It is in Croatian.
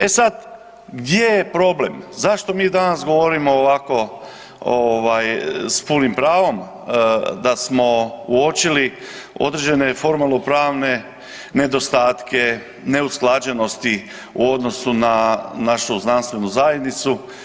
E sad gdje je problem, zašto mi danas govorimo ovako s punim pravom da smo uočili formalno pravne nedostatke, neusklađenosti u odnosu na našu znanstvenu zajednicu?